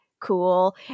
cool